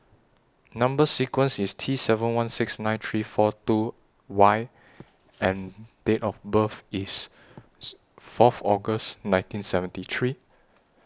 Number sequence IS T seven one six nine three four two Y and Date of birth IS Fourth August nineteen seventy three